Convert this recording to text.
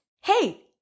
Hey